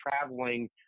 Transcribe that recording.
traveling